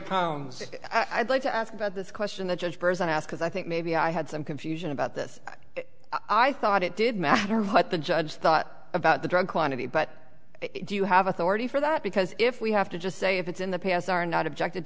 you i'd like to ask about this question the judge person asked as i think maybe i had some confusion about this i thought it did matter what the judge thought about the drug quantity but do you have authority for that because if we have to just say if it's in the past are not objected